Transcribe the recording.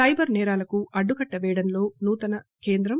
cyber సేరాలకు అడ్డుకట్ట పేయడంలో నూతన కేంద్రం